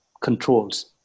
controls